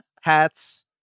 hats